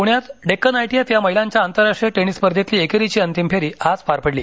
प्ण्यात डेक्कन आयटीएफ या महीलांच्या आंतरराष्ट्रीय टेनिस स्पर्धेतली एकेरीची अंतिम फेरी आज पार पडली